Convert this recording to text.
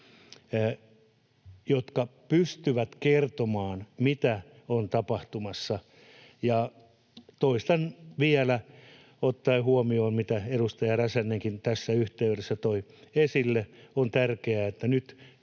jotka pystyvät kertomaan, mitä on tapahtumassa. Toistan vielä, ottaen huomioon, mitä edustaja Räsänenkin tässä yhteydessä toi esille, että on tärkeää, että nyt